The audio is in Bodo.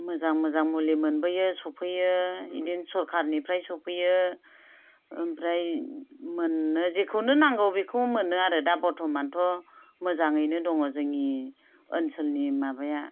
मोजां मोजां मुलि मोनबोयो सफैयो बिदिनो सोरखारनिफ्रायनो सफैयो ओमफ्राय मोनो जेखौनो नांगौ बेखौनो मोनो आरो दा बर्थ'मानथ' मोजाङैनो दङ जोंनि ओनसोलनि माबाया